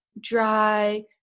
dry